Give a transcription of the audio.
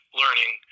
learning